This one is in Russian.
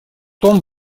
том